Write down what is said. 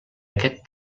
aquest